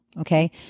Okay